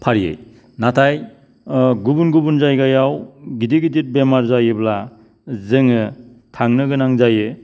फारियै नाथाय गुबुन गुबुन जायगायाव गिदिर गिदिर बेमार जायोब्ला जोङो थांनो गोनां जायो